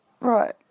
right